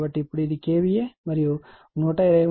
కాబట్టి ఇప్పుడు ఇది KVA మరియు 123